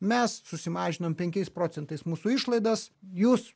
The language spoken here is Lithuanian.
mes susimažinom penkiais procentais mūsų išlaidas jūs